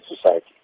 society